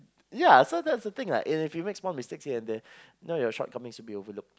ya so that's the thing like if you make small mistakes here and there you know your short comings will be overlooked